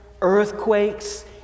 earthquakes